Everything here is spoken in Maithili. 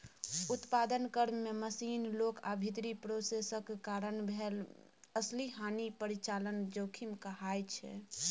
उत्पादन क्रम मे मशीन, लोक आ भीतरी प्रोसेसक कारणेँ भेल असली हानि परिचालन जोखिम कहाइ छै